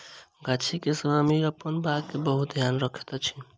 गाछी के स्वामी अपन बाग के बहुत ध्यान रखैत अछि